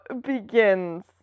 begins